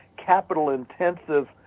capital-intensive